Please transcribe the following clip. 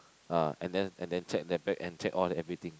ah and then and then check their bags and check all the everything